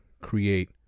create